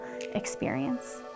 experience